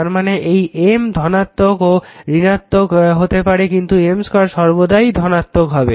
তারমানে এই M ধনাত্মক বা ঋণাত্মক হতে পারে কিন্তু M 2 সর্বদাই ধনাত্মক হবে